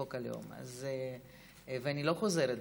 חוק הלאום, ואני לא חוזרת בי.